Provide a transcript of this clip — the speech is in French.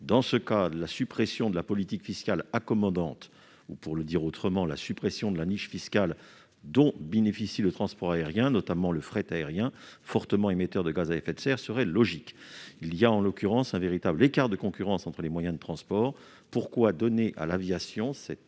Dans ce cadre, la suppression de la politique fiscale accommodante ou, pour le dire autrement, la suppression de la niche fiscale dont bénéficie le transport aérien, notamment le fret aérien, fortement émetteur de gaz à effet de serre, serait logique. Il y a, en l'occurrence, un véritable écart de concurrence entre les moyens de transport. Pourquoi donner à l'aviation cet